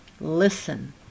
Listen